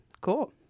cool